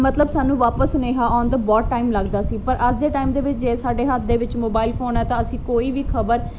ਮਤਲਬ ਸਾਨੂੰ ਵਾਪਸ ਸੁਨੇਹਾ ਆਉਣ ਤੋਂ ਬਹੁਤ ਟਾਈਮ ਲੱਗਦਾ ਸੀ ਪਰ ਅੱਜ ਦੇ ਟਾਈਮ ਦੇ ਵਿੱਚ ਜੇ ਸਾਡੇ ਹੱਥ ਦੇ ਵਿੱਚ ਮੋਬਾਈਲ ਫੋਨ ਆ ਤਾਂ ਅਸੀਂ ਕੋਈ ਵੀ ਖ਼ਬਰ